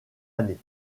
année